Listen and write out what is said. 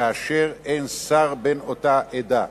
כאשר אין שר בן אותה עדה.